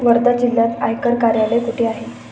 वर्धा जिल्ह्यात आयकर कार्यालय कुठे आहे?